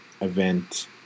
Event